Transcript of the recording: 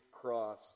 cross